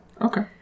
Okay